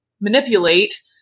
manipulate